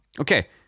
Okay